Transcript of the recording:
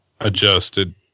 adjusted